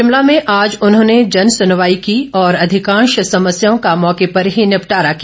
शिमला में आज उन्होंने जनसुनवाई की और अधिकांश समस्याओं का मौके पर ही निपटारा किया